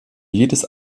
jedes